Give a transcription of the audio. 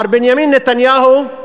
מר בנימין נתניהו,